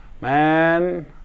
man